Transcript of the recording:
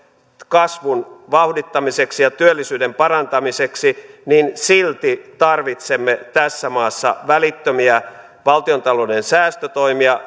kasvun vauhdittamiseksi ja työllisyyden parantamiseksi niin silti tarvitsemme tässä maassa välittömiä valtiontalouden säästötoimia